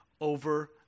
over